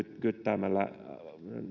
kyttäämällä